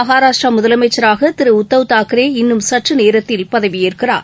மகாராஷ்டிராமுதலமைச்சராகதிருஉத்தவ் தாக்கரே இன்னும் சற்றுநேரத்தில் பதவியேற்கிறார்